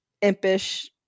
impish